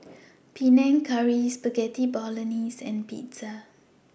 Panang Curry Spaghetti Bolognese and Pizza